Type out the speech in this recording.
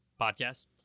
podcast